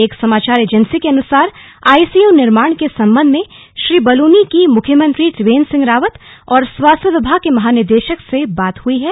एक समाचार एजेंसी के अनुसार आईसीयू निर्माण के संबंध में श्री बलूनी की मुख्यमंत्री त्रिवेंद्र सिंह रावत और स्वास्थ्य विभाग के महानिदेशक से बात हुई है